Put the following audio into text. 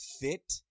fit